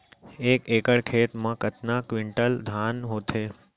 एक एकड़ खेत मा कतका क्विंटल धान होथे?